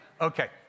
Okay